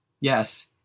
Yes